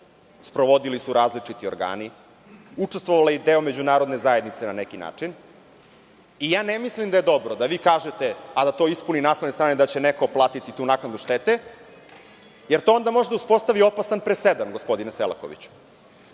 sprovodili su različiti organi, učestvovao i deo međunarodne zajednice na neki način, i ja ne mislim da je dobro da vi kažete, a da to ispuni naslovne strane da će neko platiti tu naknadu štete, jer to onda može da uspostavi opasan presedan, gospodine Selakoviću.